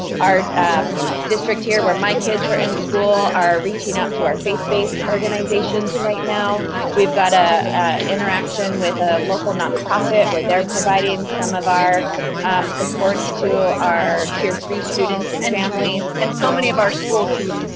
our district here where my kids are in school are reaching out to our faith-based organizations. right now we've got an ah interaction with a local nonprofit, where they're providing some of our supports to our tier three students and and families. and so many of our schools who,